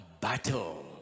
battle